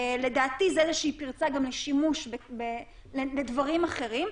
לדעתי זאת איזושהי פרצה גם לשימוש בהם לדברים אחרים,